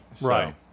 Right